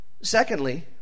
secondly